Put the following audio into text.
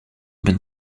been